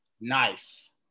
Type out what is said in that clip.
Nice